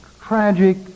tragic